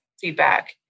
feedback